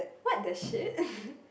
!what the shit!